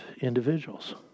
individuals